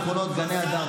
בשכונת גני הדר,